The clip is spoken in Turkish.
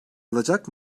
alacak